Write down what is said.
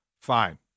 Fine